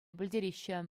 пӗлтереҫҫӗ